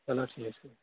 چلو ٹھیٖک چھُ